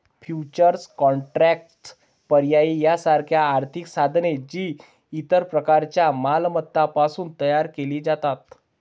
futures contracts, पर्याय यासारखी आर्थिक साधने, जी इतर प्रकारच्या मालमत्तांपासून तयार केली जातात